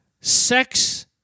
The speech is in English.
Sex